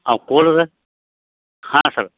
ಅವು ಹಾಂ ಸರ್